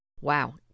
Wow